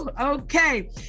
Okay